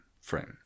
frame